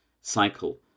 cycle